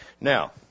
Now